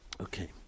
Okay